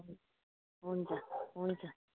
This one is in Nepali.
हुन्छ हुन्छ